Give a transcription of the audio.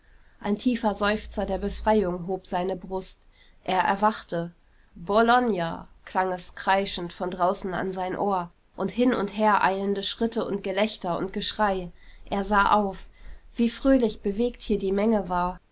ein tiefer seufzer der befreiung hob seine brust er erwachte bologna klang es kreischend von draußen an sein ohr und hin und her eilende schritte und gelächter und geschrei er sah auf wie fröhlich bewegt hier die menge war